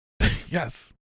yes